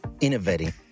innovating